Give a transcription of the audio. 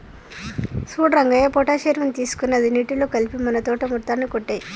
సూడు రంగయ్య పొటాష్ ఎరువుని తీసుకొని అది నీటిలో కలిపి మన తోట మొత్తానికి కొట్టేయి